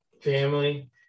family